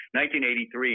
1983